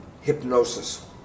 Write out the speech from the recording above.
hypnosis